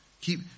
keep